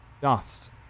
dust